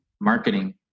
marketing